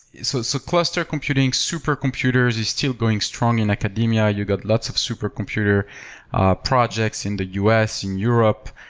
so so cluster computing, super computers, is still going strong in academia. you got lots of super computer ah projects in the u s, in europe.